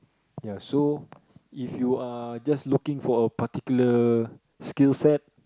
ya so if you are just looking for a particular skill set